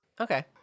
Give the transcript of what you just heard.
Okay